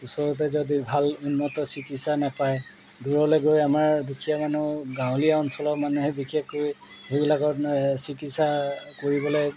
ওচৰতে যদি ভাল উন্নত চিকিৎসা নেপায় দূৰলৈ গৈ আমাৰ দুখীয়া মানুহ গাঁৱলীয়া অঞ্চলৰ মানুহে বিশেষকৈ সেইবিলাকত চিকিৎসা কৰিবলৈ